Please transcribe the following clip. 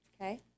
Okay